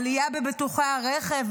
עלייה בביטוחי הרכב,